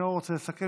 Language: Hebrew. נוכח,